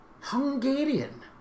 Hungarian